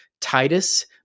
Titus